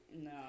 No